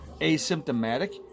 asymptomatic